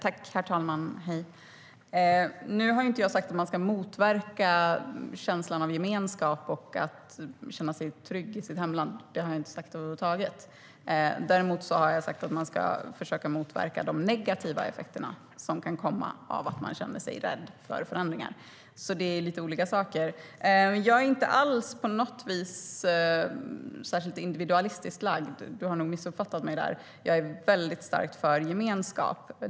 Herr talman! Jag har inte sagt att man ska motverka känslan av gemenskap eller av att känna sig trygg i sitt hemland. Det har jag inte sagt över huvud taget. Däremot har jag sagt att man ska försöka motverka de negativa effekter som kan komma av att man känner sig rädd för förändringar. Det är lite olika saker. Jag är inte alls på något vis särskilt individualistiskt lagd. Du har nog missuppfattat mig där, Paula Bieler. Jag är väldigt starkt för gemenskap.